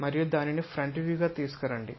మరియు దానిని front view గా తీసుకురండి